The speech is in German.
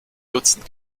dutzend